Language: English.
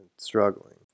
struggling